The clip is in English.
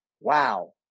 wow